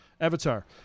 avatar